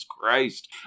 Christ